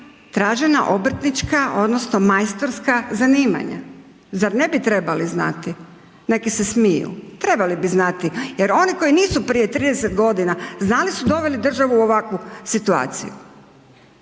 tražena obrtnička odnosno majstorska zanimanja. Zar ne bi trebali znati? Neki se smiju, trebali bi znati jer oni koji nisu prije 30 godina, znali su, doveli državu u ovakvu situaciju,